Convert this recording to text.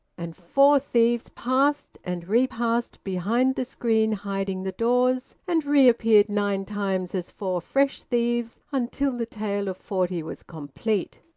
and four thieves passed and repassed behind the screen hiding the doors, and reappeared nine times as four fresh thieves until the tale of forty was complete.